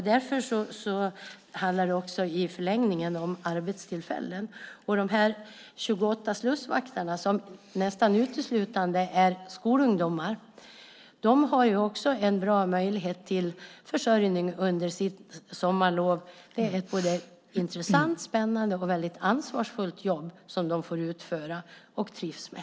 Därför handlar det också i förlängningen om arbetstillfällen. De 28 slussvakterna, som nästan uteslutande är skolungdomar, har också en bra möjlighet till försörjning under sitt sommarlov. Det är ett både intressant, spännande och väldigt ansvarsfullt jobb som de får utföra och trivs med.